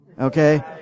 Okay